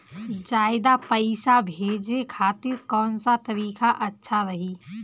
ज्यादा पईसा भेजे खातिर कौन सा तरीका अच्छा रही?